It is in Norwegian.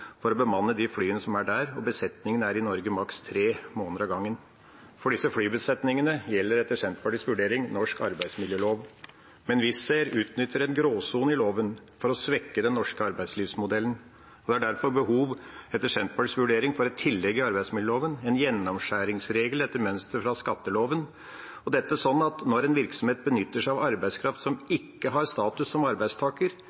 for å bemanne de flyene som er der, og besetningen er i Norge i maks tre måneder av gangen. For disse flybesetningene gjelder etter Senterpartiets vurdering norsk arbeidsmiljølov, men Wizz Air utnytter en gråsone i loven for å svekke den norske arbeidslivsmodellen. Det er etter Senterpartiets vurdering derfor behov for et tillegg i arbeidsmiljøloven, en gjennomskjæringsregel etter mønster fra skatteloven. Det skal være sånn at når en virksomhet benytter seg av arbeidskraft som